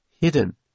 hidden